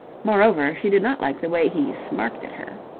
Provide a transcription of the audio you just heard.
moreover, she did not like the way he smirked at her.